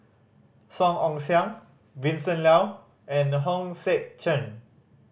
Song Ong Siang Vincent Leow and Hong Sek Chern